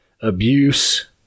abuse